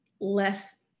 less